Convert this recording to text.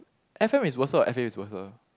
f_m is worser or f_a is worser